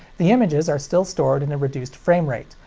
the images are still stored in a reduced frame rate,